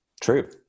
True